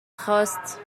خواست